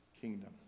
kingdom